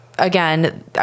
Again